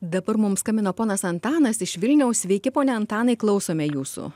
dabar mums skambina ponas antanas iš vilniaus sveiki pone antanai klausome jūsų